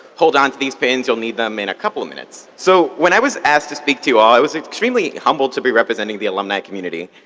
hold on to these pins. you'll need them in a couple um minutes. so when i was asked to speak to you all, i was extremely humbled to be representing the alumni community.